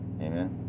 Amen